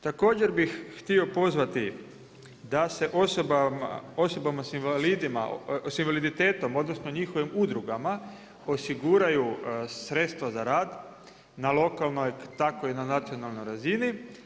Također, bih htio pozvati da se osobama s invaliditetom, odnosno, njihovim udrugama osiguraju sredstva za rad, na lokalnoj, tako i na nacionalnoj razini.